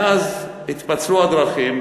מאז התפצלו הדרכים,